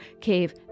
cave